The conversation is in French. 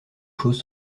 choses